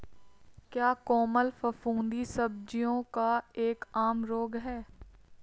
क्या कोमल फफूंदी सब्जियों का एक आम रोग है?